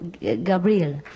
Gabriel